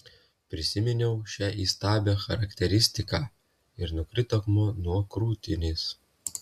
prisiminiau šią įstabią charakteristiką ir nukrito akmuo nuo krūtinės